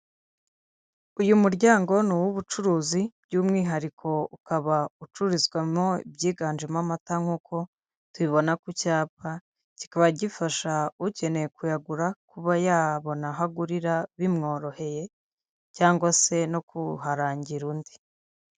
Uyu muryango ni uw'ubucuruzi by'umwihariko ukaba ucururizwamo ibyiganjemo amata nk'uko tubibona ku cyapa, kikaba gifasha ukeneye kuyagura kuba yabona aho agurira bimworoheye cyangwa se no kuharangira undi.